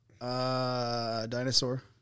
dinosaur